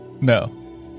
no